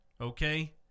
okay